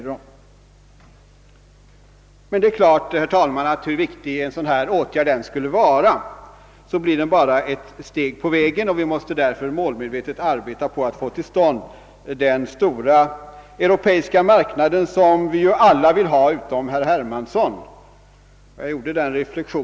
Det är emellertid klart, herr talman, att hur viktig en sådan åtgärd än skulle vara, så är den bara ett steg på vägen. Vi måste därför målmedvetet arbeta på att få till stånd den stora europeiska marknad som vi ju alla. utom herr Hermansson, vill ha.